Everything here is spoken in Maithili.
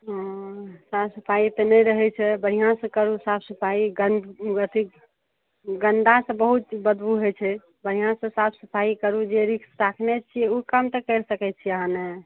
साफ सफाइ तऽ नै रहै छै बढ़ियाँ से करू साफ सफाइ गन्द अथी गन्दा से बहुत बदबू होइत छै बढ़िआँ से साफ सफाइ करू जे रिक्श राखने छियै ओ काम तऽ करि सकै छियै अहाँ ने